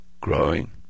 growing